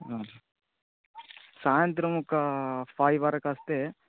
సాయంత్రం ఒక ఫైవ్ వరకస్తే